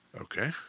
Okay